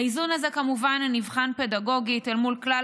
האיזון הזה כמובן נבחן פדגוגית אל מול כלל